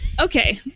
Okay